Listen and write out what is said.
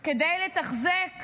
כדי לתחזק